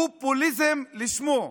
פופוליזם לשמו.